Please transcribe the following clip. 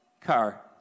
car